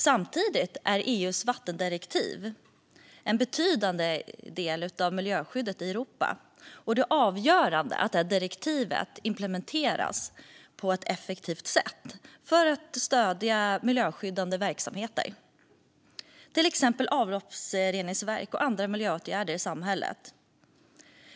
Samtidigt är EU:s vattendirektiv en betydande del av miljöskyddet i Europa. Det avgörande är att direktivet implementeras på ett effektivt sätt för att stödja miljöskyddande verksamheter, till exempel avloppsreningsverk och andra miljöåtgärder i samhället.